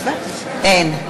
אין.